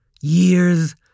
years